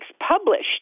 published